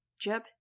Jeb